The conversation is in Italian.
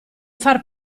far